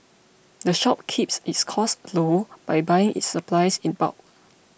the shop keeps its costs low by buying its supplies in bulk